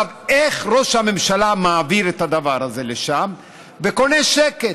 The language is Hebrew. איך ראש הממשלה מעביר את הדבר הזה לשם וקונה שקט?